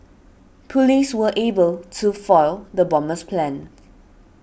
police were able to foil the bomber's plans